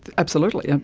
absolutely, ah